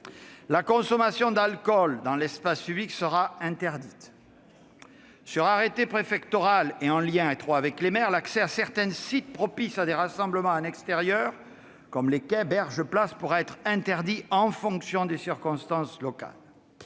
La consommation d'alcool dans l'espace public sera interdite. Très bien ! Sur arrêté préfectoral et en lien étroit avec les maires, l'accès à certains sites propices à des rassemblements en extérieur, comme des quais, des berges ou des places, pourra être interdit en fonction des circonstances locales.